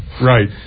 Right